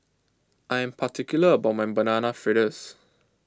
I am particular about my Banana Fritters